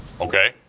Okay